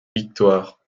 victoire